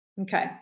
Okay